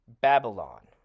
Babylon